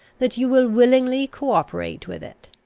that you will willingly co-operate with it.